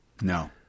No